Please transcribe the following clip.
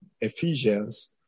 Ephesians